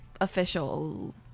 official